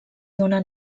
dóna